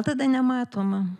tada nematoma